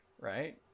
right